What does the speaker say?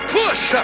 push